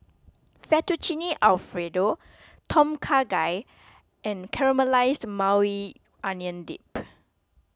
Fettuccine Alfredo Tom Kha Gai and Caramelized Maui Onion Dip